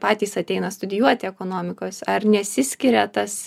patys ateina studijuoti ekonomikos ar nesiskiria tas